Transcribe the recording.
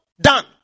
done